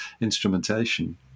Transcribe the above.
instrumentation